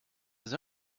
his